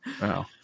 Wow